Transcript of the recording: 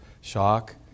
shock